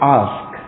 ask